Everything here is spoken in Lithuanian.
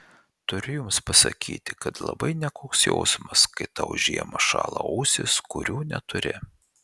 turiu jums pasakyti kad labai nekoks jausmas kai tau žiemą šąla ausys kurių neturi